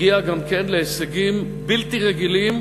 הגיעה גם כן להישגים בלתי רגילים,